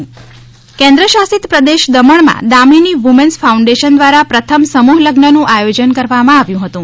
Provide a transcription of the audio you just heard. પ્રથમ સમૂહલઝ્ન દમણ કેન્દ્રશાસિત પ્રદેશ દમણમાં દામિની વુમન્સ ફાઉન્ડેશન દ્વારા પ્રથમ સમૂહલઝ્નનું આયોજન કરવામાં આવ્યું હતું